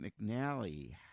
McNally